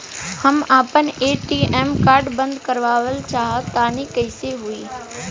हम आपन ATM card बंद करावल चाह तनि कइसे होई?